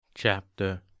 Chapter